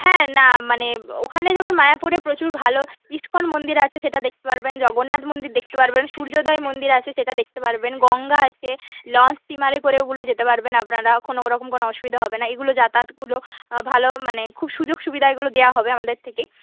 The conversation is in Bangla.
হ্যাঁ না মানে ওখানে যেমন মায়াপুরে প্রচুর ভালো ইস্কন মন্দির আছে সেটা দেখতে পারবেন জগন্নাথ মন্দির দেখতে পারবেন সূর্যোদয় মন্দির আছে সেটা দেখতে পারবেন গঙ্গা আছে লঞ্চ স্টিমারে করে ওগুলো যেতে পারবেন আপনারা ওরকম কোনো অসুবিধা হবে না এগুলো যাতায়াতগুলো ভালো মানে খুব সুযোগ সুবিধাগুলো দেওয়া হবে আমাদের থেকেই